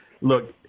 look